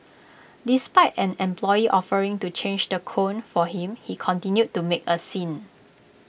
despite an employee offering to change the cone for him he continued to make A scene